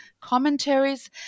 commentaries